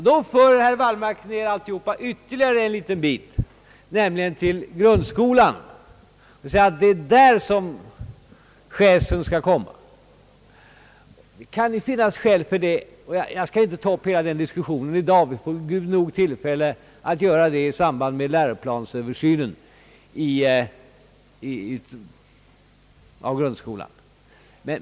Då för herr Wallmark det hela nedåt ytterligare en bit, nämligen till grundskolan, och säger att det är där som schäsen skall komma! Det kan finnas skäl för det, men jag skall inte ta upp hela denna fråga till diskussion i dag — vi får gudi nog tillfälle att göra det i samband med översynen av läroplanerna i grundskolan.